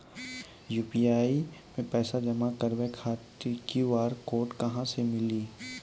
UPI मे पैसा जमा कारवावे खातिर ई क्यू.आर कोड कहां से मिली?